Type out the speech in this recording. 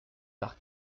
par